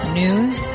news